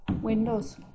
windows